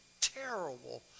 terrible